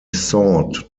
sought